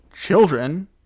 children